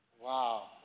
Wow